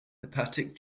hepatic